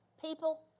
People